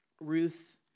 Ruth